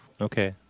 Okay